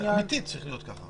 אמיתי זה צריך להיות ככה.